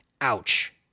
Ouch